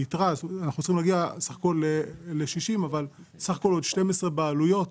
אנחנו צריכים להגיע בסך הכול ל-60 אבל בסך הכול יש עוד 12 בעלויות